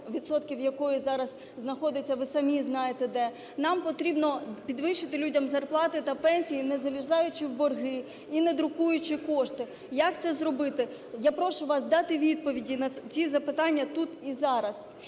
відсотків якої зараз знаходиться ви самі здаєте де. Нам потрібно підвищити людям зарплати та пенсії, не залізаючи в борги і не друкуючи кошти. Як це зробити? Я прошу вас дати відповіді на ці запитання тут і зараз.